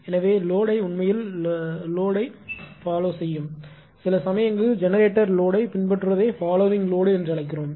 எனவே லோடை உண்மையில் லோடை துரத்துகிறது சில சமயங்களில் ஜெனரேட்டர் லோடை பின்பற்றுவதைத் பாலோவிங் லோடு என்று அழைக்கிறோம்